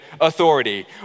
authority